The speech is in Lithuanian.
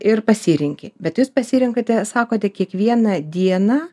ir pasirenki bet jūs pasirenkate sakote kiekvieną dieną